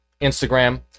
Instagram